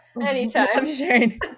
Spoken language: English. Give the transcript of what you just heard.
Anytime